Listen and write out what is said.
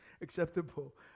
acceptable